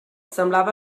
semblava